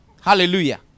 Hallelujah